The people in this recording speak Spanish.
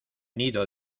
nido